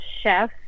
chef